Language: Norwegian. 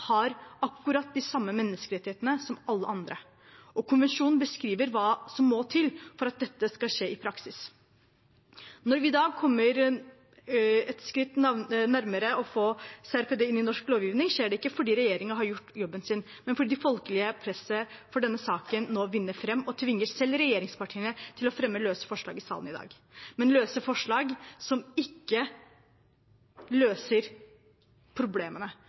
har akkurat de samme menneskerettighetene som alle andre, og konvensjonen beskriver hva som må til for at dette skal skje i praksis. Når vi i dag kommer et skritt nærmere å få CRPD inn i norsk lovgivning, skjer det ikke fordi regjeringen har gjort jobben sin, men fordi det folkelige presset for denne saken nå vinner fram og tvinger selv regjeringspartiene til å fremme løse forslag i salen i dag – men løse forslag som ikke løser problemene,